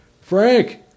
Frank